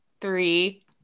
three